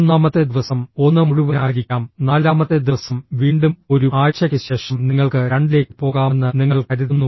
മൂന്നാമത്തെ ദിവസം ഒന്ന് മുഴുവനായിരിക്കാം നാലാമത്തെ ദിവസം വീണ്ടും ഒരു ആഴ്ചയ്ക്ക് ശേഷം നിങ്ങൾക്ക് രണ്ടിലേക്ക് പോകാമെന്ന് നിങ്ങൾ കരുതുന്നു